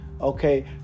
okay